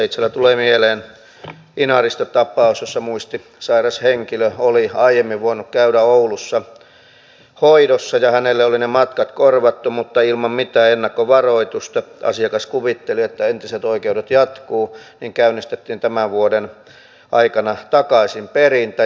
itsellä tulee mieleen inarista tapaus jossa muistisairas henkilö oli aiemmin voinut käydä oulussa hoidossa ja hänelle oli ne matkat korvattu mutta ilman mitään ennakkovaroitusta asiakas kuvitteli että entiset oikeudet jatkuvat käynnistettiin tämän vuoden aikana takaisinperintä